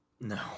no